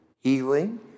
healing